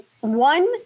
one